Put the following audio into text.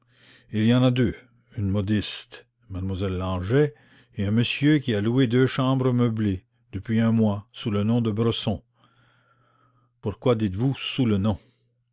il y en a deux une modiste m lle langeais et un monsieur qui a loué deux chambres meublées depuis un mois sous le nom de bresson pourquoi dites-vous sous le nom